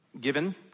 given